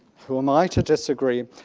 who am i to disagree?